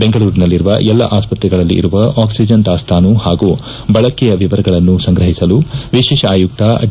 ಬೆಂಗಳೂರಿನಲ್ಲಿರುವ ಎಲ್ಲ ಆಸ್ಪತ್ರೆಗಳಲ್ಲಿ ಇರುವ ಆಕ್ಸಿಜನ್ ದಾಸ್ತಾನು ಹಾಗೂ ಬಳಕೆಯ ವಿವರಗಳನ್ನು ಸಂಗ್ರಹಿಸಲು ವಿಶೇಷ ಆಯುಕ್ತ ಡಿ